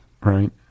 Right